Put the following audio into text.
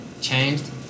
changed